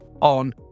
on